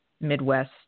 Midwest